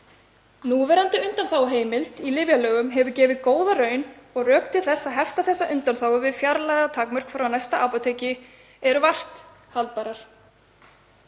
Núverandi undanþáguheimild í lyfjalögum hefur gefið góða raun og rök til að hefta þessa undanþágu við fjarlægðartakmörk frá næsta apóteki eru vart haldbær.